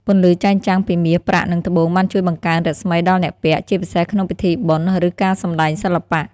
ពន្លឺចែងចាំងពីមាស ប្រាក់ និងត្បូង បានជួយបង្កើនរស្មីដល់អ្នកពាក់ ជាពិសេសក្នុងពិធីបុណ្យ ឬការសម្តែងសិល្បៈ។